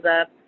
up